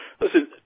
Listen